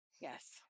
yes